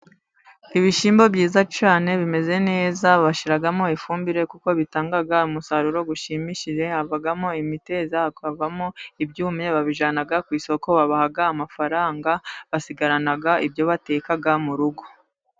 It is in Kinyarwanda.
Ibishyimbo byiza cyane bimeze neza, bashiramo ifumbire kuko bitanga umusaruro ushimishije, havamo imiteja, hakavamo ibyumye, babijyana ku isoko, babaha amafaranga, basigarana ibyo bateka mu rugo.